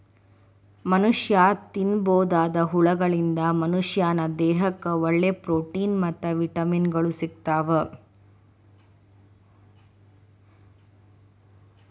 ಮನಷ್ಯಾ ತಿನ್ನಬೋದಾದ ಹುಳಗಳಿಂದ ಮನಶ್ಯಾನ ದೇಹಕ್ಕ ಒಳ್ಳೆ ಪ್ರೊಟೇನ್ ಮತ್ತ್ ವಿಟಮಿನ್ ಗಳು ಸಿಗ್ತಾವ